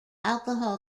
alcohol